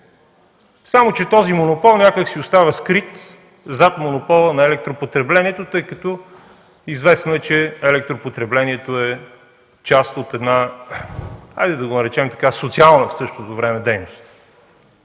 Само че този монопол някак си остава скрит зад монопола на електропотреблението, тъй като е известно, че електропотреблението е част от една да я наречем социална дейност,